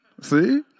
See